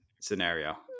scenario